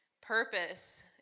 purpose